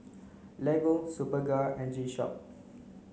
Lego Superga and G Shock